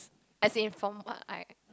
as in from what I